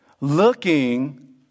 looking